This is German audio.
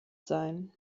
sein